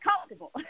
comfortable